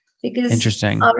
Interesting